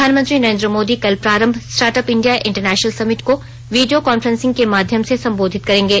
प्रधानमंत्री नरेंद्र मोदी कल प्रारम्भ स्टार्टअप इंण्डिया इंटरनेशनल समिट को वीडियो कांफ्रेंन्सिंग के माध्यम से संबोधित करेंगे